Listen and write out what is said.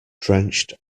drenched